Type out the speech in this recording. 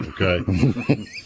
okay